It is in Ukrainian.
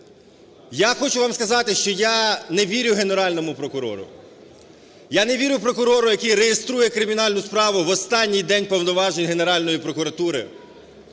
Я хочу вам сказати, що я не вірю Генеральному прокурору. Я не вірю прокурору, який реєструє кримінальну справу в останній день повноважень Генеральної прокуратури.